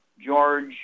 George